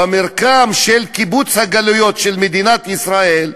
במרקם של קיבוץ הגלויות של מדינת ישראל,